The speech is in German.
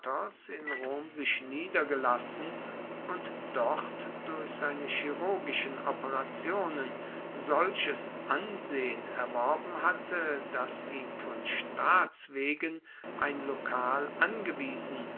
in rom sich niedergelassen und dort durch seine chirurgischen operationen solches ansehen erworben hatte dass ihm von staats wegen ein lokal angewiesen